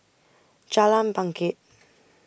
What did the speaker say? Jalan Bangket